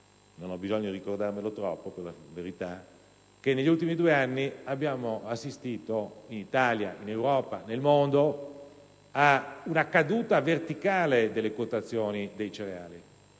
non ho bisogno di ricordarmelo troppo per la verità) che negli ultimi due anni abbiamo assistito in Italia, in Europa e nel mondo ad una caduta verticale delle quotazioni dei cereali